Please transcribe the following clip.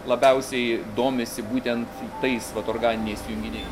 labiausiai domisi būtent tais vat organiniais junginiais